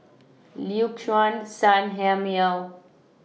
Liuxun Sanhemiao